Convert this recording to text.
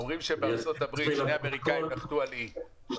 דובי אמיתי, יושב-ראש